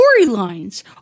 storylines